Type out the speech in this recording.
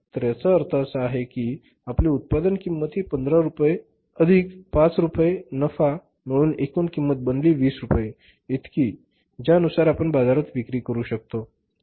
तर याचा अर्थ असा आहे कीआपली उत्पादन किंमत ही १५ रुपये अधिक ५ रुपये नफामिळून एकूण किंमत बनली २० रुपये इतकी ज्या नुसार आपण बाजारात विक्री करू शकतो